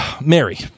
Mary